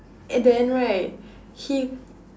and then right he